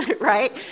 right